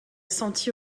senti